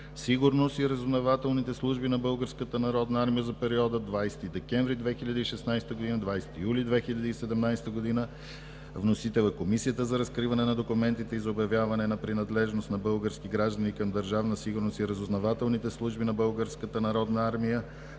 сигурност и разузнавателните служби на Българската народна армия за периода 20 декември 2016 г. – 20 юли 2017 г. Вносител е Комисията за разкриване на документите и за обявяване на принадлежност на български граждани към Държавна сигурност и разузнавателните служби на